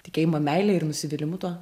tikėjimą meile ir nusivylimu tuo